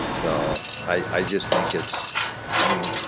so i just think it's i mean,